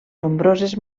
nombroses